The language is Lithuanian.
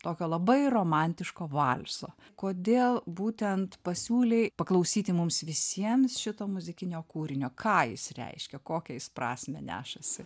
tokio labai romantiško valso kodėl būtent pasiūlei paklausyti mums visiems šito muzikinio kūrinio ką jis reiškia kokią jis prasmę nešasi